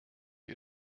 wir